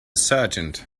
sergeant